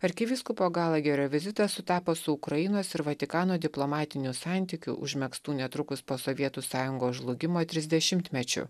arkivyskupo galagerio vizitas sutapo su ukrainos ir vatikano diplomatinių santykių užmegztų netrukus po sovietų sąjungos žlugimo trisdešimtmečiu